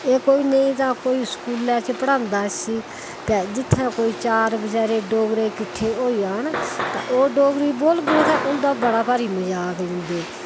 एह् कोई नेईं तां कोई स्कूलै च पढ़ांदा इस्सी ते जित्थै कोई चार बचैरे किट्ठे होई जान तां ओह् डोगरी बोलङन तां उं'दा बड़ा भारी मजाक लैंदे